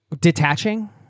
detaching